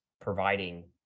providing